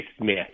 Smith